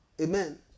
Amen